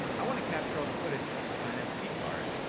i wanna capture all the footage on an sd card.